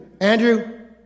Andrew